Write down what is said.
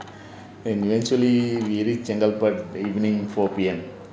and eventually we reach chengalpet evening four P_M